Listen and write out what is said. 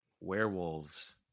Werewolves